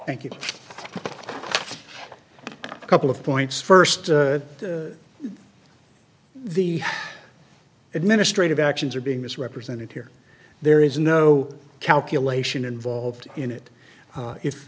thank you a couple of points first the administrative actions are being misrepresented here there is no calculation involved in it